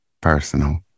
personal